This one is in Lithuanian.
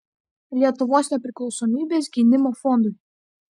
lietuvos nepriklausomybės gynimo fondui